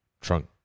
trunk